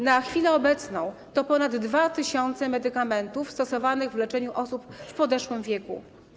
Na chwilę obecną to ponad 2 tys. medykamentów stosowanych w leczeniu osób w podeszłym wieku.